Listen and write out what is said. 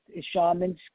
shamans